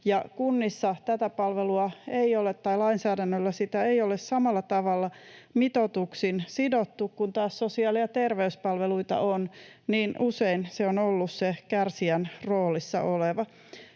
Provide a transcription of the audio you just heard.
kunnissa tätä palvelua ei ole tai lainsäädännöllä sitä ei ole samalla tavalla mitoituksin sidottu kuin taas sosiaali- ja terveyspalveluita on, niin usein se on kuitenkin ollut se kärsijän roolissa oleva.